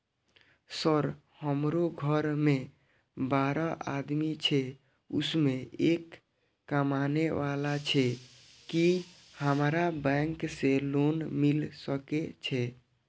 Sir हमरो घर में बारह आदमी छे उसमें एक कमाने वाला छे की हमरा बैंक से लोन मिल सके छे?